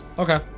Okay